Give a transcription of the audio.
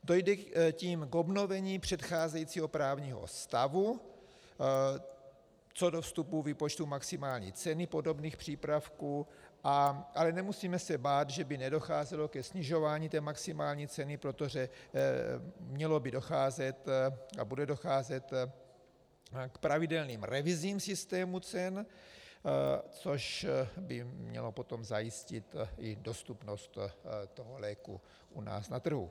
Dojde tím k obnovení předcházejícího právního stavu co do vstupu výpočtu maximální ceny podobných přípravků, ale nemusíme se bát, že by nedocházelo ke snižování maximální ceny, protože mělo by docházet a bude docházet k pravidelným revizím systému cen, což by mělo potom zajistit i dostupnost léku u nás na trhu.